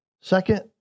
second